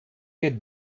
get